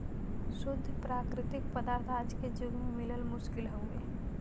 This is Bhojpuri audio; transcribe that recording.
शुद्ध प्राकृतिक पदार्थ आज के जुग में मिलल मुश्किल हउवे